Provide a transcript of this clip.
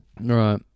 Right